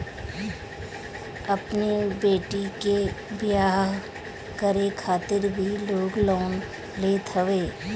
अपनी बेटी के बियाह करे खातिर भी लोग लोन लेत हवे